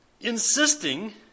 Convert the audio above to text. insisting